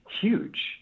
huge